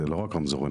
זה לא רק רמזורים.